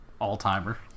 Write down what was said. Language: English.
all-timer